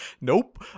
nope